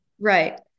Right